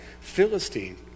Philistine